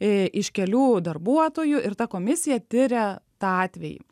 iš kelių darbuotojų ir ta komisija tiria tą atvejį